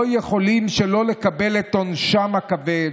לא יכולים שלא לקבל את עונשם הכבד,